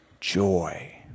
Joy